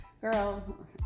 Girl